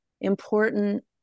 important